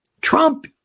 Trump